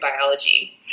biology